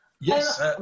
Yes